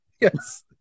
Yes